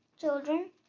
Children